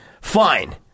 fine